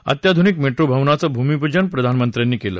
अत्याधुनिक मेट्रो भवनाचं भूमिपूजन प्रधानमंत्र्यांनी केलं